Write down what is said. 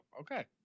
Okay